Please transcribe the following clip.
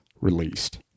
released